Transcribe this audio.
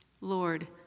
Lord